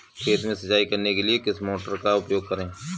खेत में सिंचाई करने के लिए किस मोटर का उपयोग करें?